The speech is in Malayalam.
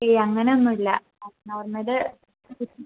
ഏയ് അങ്ങനെയൊന്നും ഇല്ല ആ നോർമല് പെറ്റ്